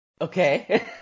Okay